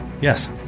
Yes